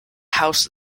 house